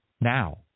now